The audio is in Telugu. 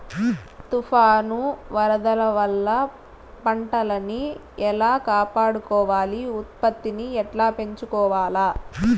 తుఫాను, వరదల వల్ల పంటలని ఎలా కాపాడుకోవాలి, ఉత్పత్తిని ఎట్లా పెంచుకోవాల?